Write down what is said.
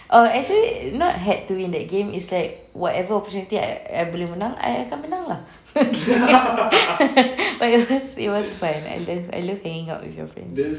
or actually not had to win that game is like whatever opportunity I I boleh I akan menang lah but it was it was fun I love I love hanging out with your friends